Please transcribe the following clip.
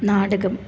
നാടകം